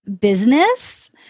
business